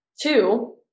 Two